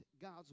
God's